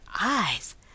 eyes